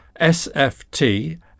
sft